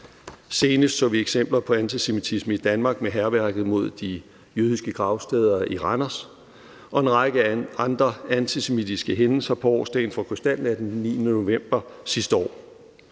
senest så vi eksempler på antisemitisme i Danmark med hærværket mod de jødiske gravsteder i Randers og en række andre antisemitiske hændelser på årsdagen for krystalnatten den 9. november sidste år.